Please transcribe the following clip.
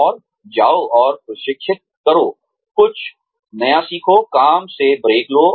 और जाओ और प्रशिक्षित करो कुछ नया सीखो काम से ब्रेक लो